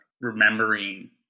remembering